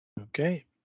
okay